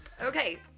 Okay